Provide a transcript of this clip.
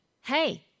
hey